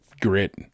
grit